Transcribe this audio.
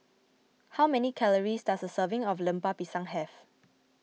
how many calories does a serving of Lemper Pisang have